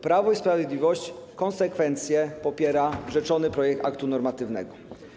Prawo i Sprawiedliwość konsekwentnie popiera rzeczony projekt aktu normatywnego.